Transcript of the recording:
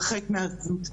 הרחק מהזנות.